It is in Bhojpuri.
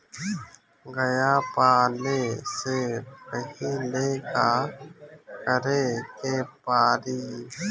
गया पाले से पहिले का करे के पारी?